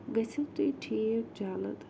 گٔژھیو تُہۍ ٹھیٖک جلد